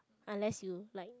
unless you like